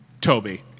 Toby